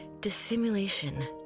dissimulation